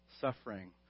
suffering